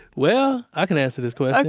well, i can answer this question